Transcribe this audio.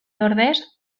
ordez